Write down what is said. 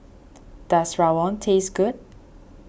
does Rawon taste good